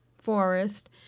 Forest